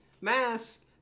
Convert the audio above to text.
mask